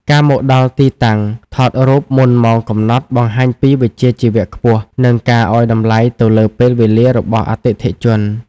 ការមកដល់ទីតាំងថតរូបមុនម៉ោងកំណត់ បង្ហាញពីវិជ្ជាជីវៈខ្ពស់ និងការឱ្យតម្លៃទៅលើពេលវេលារបស់អតិថិជន។